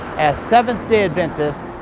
as seventh-day adventists,